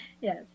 yes